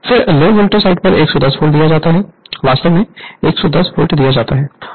फिर low voltage side पर 110 volt दिया जाता है वास्तव में 110 वोल्ट दिया जाता है